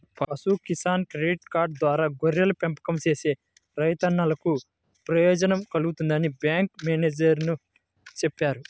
పశు Kisan credit card ద్వారా గొర్రెల పెంపకం చేసే రైతన్నలకు ప్రయోజనం కల్గుతుందని బ్యాంకు మేనేజేరు చెప్పారు